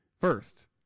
First